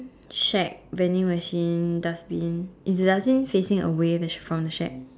shack vending machine dustbin is the dustbin facing away the from the shack